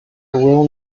will